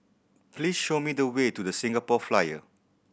please show me the way to The Singapore Flyer